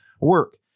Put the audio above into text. work